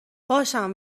باشم